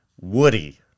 woody